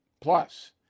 Plus